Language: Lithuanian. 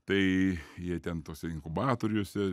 tai jie ten tuose inkubatoriuose